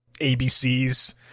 ABC's